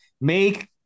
make